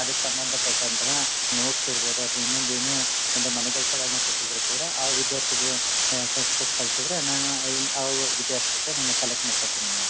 ಅದಕ್ಕೆ ಸಂಬಂಧಪಟ್ಟಂತಹ ನೋಟ್ಸ್ ಇರಬಹುದು ಅಥ್ವಾ ಇನ್ನೊಂದು ಏನೇ ತುಂಬ ಮನೆಕೆಲಸಗಳನ್ನ ಕೊಟ್ಟಿದ್ದರು ಕೂಡ ಆ ವಿದ್ಯಾರ್ಥಿಗೆ ಕೊಟ್ಟು ಕಳಿಸಿದ್ರೆ ನಾನು ಆ ವಿದ್ಯಾರ್ಥಿ ಹತ್ತಿರ ನಾನು ಕಲೆಕ್ಟ್ ಮಾಡ್ಕೋತೀನಿ ಮೇಡಮ್